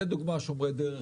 לדוגמה "שומרי דרך",